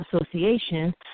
Association